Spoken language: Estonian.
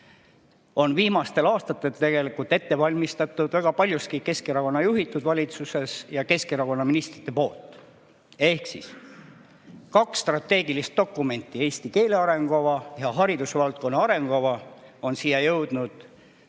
on viimastel aastatel tegelikult ette valmistatud väga paljuski Keskerakonna juhitud valitsuses ja seda on teinud Keskerakonna ministrid. Ehk kaks strateegilist dokumenti – eesti keele arengukava ja haridusvaldkonna arengukava – on siia jõudnud